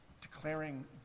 declaring